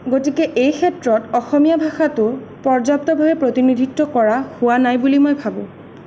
গতিকে এই ক্ষেত্ৰত অসমীয়া ভাষাটো পৰ্যাপ্তভাৱে প্ৰতিনিধিত্ব কৰা হোৱা নাই বুলি মই ভাবোঁ